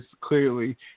clearly